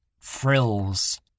frills